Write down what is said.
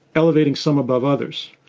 elevating some above others.